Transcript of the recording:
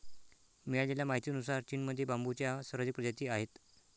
मिळालेल्या माहितीनुसार, चीनमध्ये बांबूच्या सर्वाधिक प्रजाती आहेत